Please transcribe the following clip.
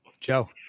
Joe